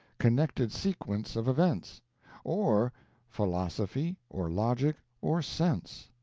connected sequence of events or philosophy, or logic, or sense.